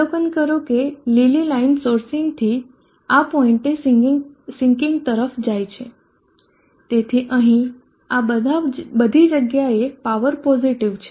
અવલોકન કરો કે લીલી લાઇન સોર્સિંગથી આ પોઇન્ટે સીન્કીંગ તરફ જાય છે તેથી અહીં આ બધી જગ્યાએ પાવર પોઝીટીવ છે